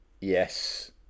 Yes